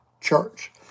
church